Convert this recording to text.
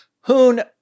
Hoon